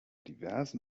diversen